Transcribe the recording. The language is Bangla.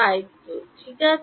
স্থায়িত্ব ঠিক আছে